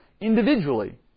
individually